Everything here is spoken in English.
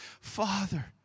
Father